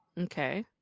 okay